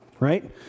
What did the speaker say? right